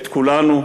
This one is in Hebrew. את כולנו,